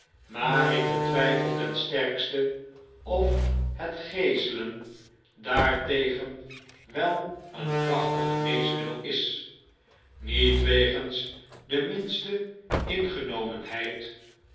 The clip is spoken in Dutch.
maar ik betwyfel ten sterkste of het geeselen daartegen wel een krachtig geneesmiddel is niet wegens de minste